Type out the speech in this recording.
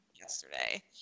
yesterday